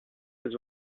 des